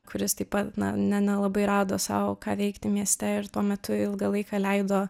kuris taip pat na ne nelabai rado sau ką veikti mieste ir tuo metu ilgą laiką leido